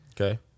Okay